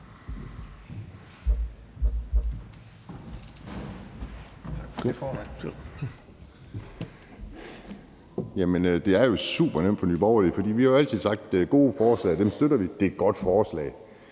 Det er jo supernemt for Nye Borgerlige, for vi har altid sagt, at gode forslag støtter vi. Det er et godt forslag.